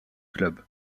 club